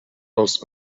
els